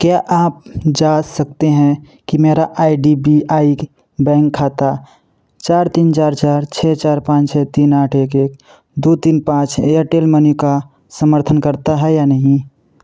क्या आप जाँच सकते हैं कि मेरा I D B I bank खाता चार तीन चार चार छः चार पाँच छः तीन आठ एक एक दो तीन पाँच एयरटेल मनी का समर्थन करता है या नहीं